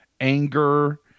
anger